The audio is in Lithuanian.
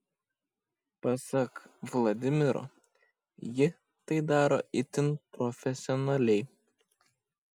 pasak vladimiro ji tai daro itin profesionaliai